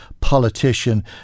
politician